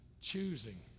choosing